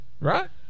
right